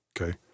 okay